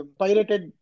pirated